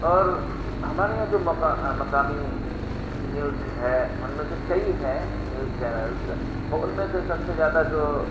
اور ہمارے یہاں جو مقامی نیوز ہے ان میں سے کئی ہیں نیوز چینلس ان میں سے سب سے زیادہ جو